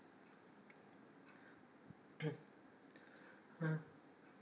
!huh!